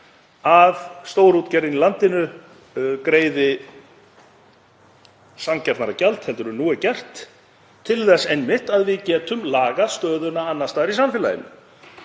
að stórútgerðin í landinu greiði sanngjarnara gjald en nú er gert til þess einmitt að við getum lagað stöðuna annars staðar í samfélaginu.